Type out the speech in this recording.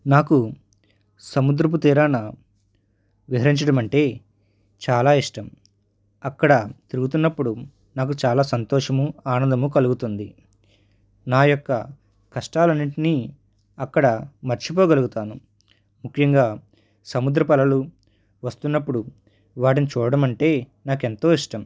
నాకు సముద్రపు తీరాన విహరించడము అంటే చాలా ఇష్టం అక్కడ తిరుగుతున్నప్పుడు నాకు చాలా సంతోషము ఆనందము కలుగుతుంది నా యొక్క కష్టాలు అన్నింటినీ అక్కడ మర్చిపోగలుగుతాను ముఖ్యంగా సముద్రపు అలలు వస్తున్నప్పుడు వాటిని చూడడం అంటే నాకు ఎంతో ఇష్టం